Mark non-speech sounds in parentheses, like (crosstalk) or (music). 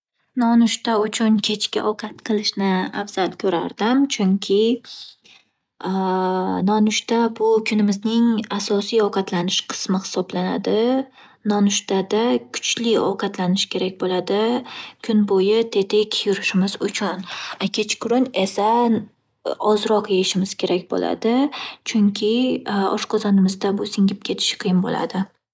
Nonushta uchun kechki ovqat qilishni afzal ko'rardim, chunki (hesitation) nonushta bu - kunimizning asosiy ovqatlanish qismi hisoblanadi. Nonushtada kuchli ovqatlanish kerak bo'ladi kun bo'yi tetik yurishimiz uchun. Kechqurun esa ozroq yeyishimiz kerak bo'ladi, chunki (hesitation) oshqozonimizda bu singib ketishi qiyin bo'ladi.